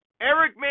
Eric